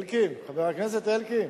חבר הכנסת אלקין,